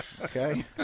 okay